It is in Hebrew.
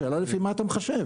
השאלה לפי מה אתה מחשב,